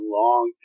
long